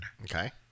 Okay